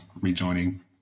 rejoining